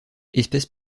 espèce